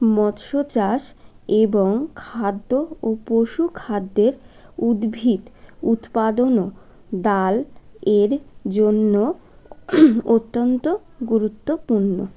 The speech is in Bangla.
মৎস্য চাষ এবং খাদ্য ও পশু খাদ্যের উদ্ভিদ উৎপাদনও ডাল এর জন্য অত্যন্ত গুরুত্বপূর্ণ